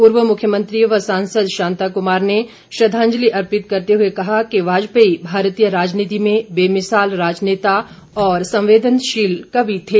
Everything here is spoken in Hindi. पूर्व मुख्यमंत्री व सांसद शांता कुमार ने श्रद्वांजलि अर्पित करते हुए कहा कि वाजपेयी भारतीय राजनीति में बेमिसाल राजनेता और संवेदनशील कवि थे